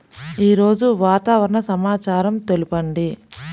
ఈరోజు వాతావరణ సమాచారం తెలుపండి